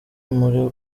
muri